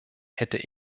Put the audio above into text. hätte